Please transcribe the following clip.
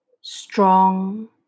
strong